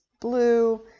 blue